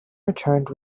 returned